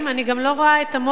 אני גם לא רואה את המו"לים